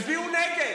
תצביעו נגד.